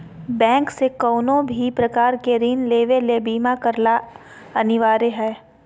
bank से कउनो भी प्रकार के ऋण लेवे ले बीमा करला अनिवार्य हय